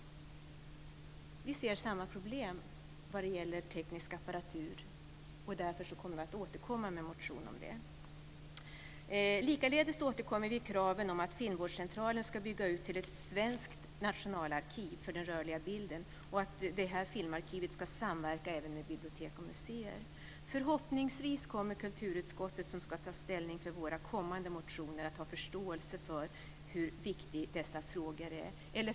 Vi ser samma problem med teknisk apparatur på detta område, och därför kommer vi att återkomma med en motion om det. Likaledes återkommer vi med kraven om att filmvårdscentralen ska byggas ut till ett svenskt nationalarkiv för den rörliga bilden och att detta filmarkiv ska samverka även med bibliotek och museer. Förhoppningsvis kommer kulturutskottet, som ska ta ställning till våra kommande motioner, att ha förståelse för hur viktiga dessa frågor är.